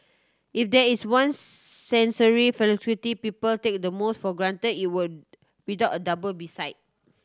if there is one sensory faculty people take the most for grant it would without a doubt be sight